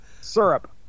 Syrup